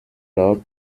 lors